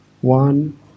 one